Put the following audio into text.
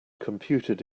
computed